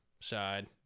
side